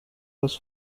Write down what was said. was